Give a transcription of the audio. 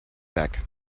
back